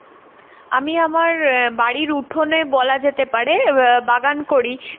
আমি আমার বাড়ির উঠোনে বলা যেতে পারে বাগান করি